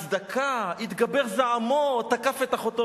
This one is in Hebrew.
הצדקה, התגבר זעמו, תקף את אחותו.